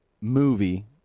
movie